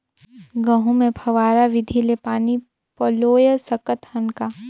गहूं मे फव्वारा विधि ले पानी पलोय सकत हन का?